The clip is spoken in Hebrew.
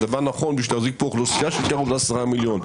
הדבר נכון בשביל להחזיק פה אוכלוסייה של קרוב ל-10 מיליון,